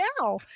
now